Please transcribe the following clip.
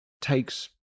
takes